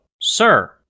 Sir